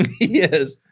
Yes